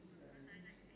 hello